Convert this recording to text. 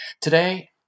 Today